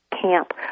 camp